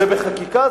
זה בחקיקה?